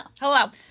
Hello